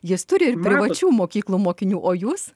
jis turi ir privačių mokyklų mokinių o jūs